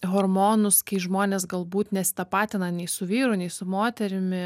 hormonus kai žmonės galbūt nesitapatina nei su vyru nei su moterimi